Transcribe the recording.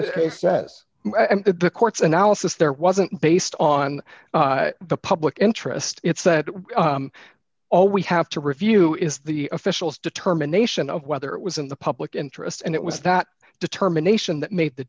that the court's analysis there wasn't based on the public interest it's that all we have to review is the official's determination of whether it was in the public interest and it was that determination that made the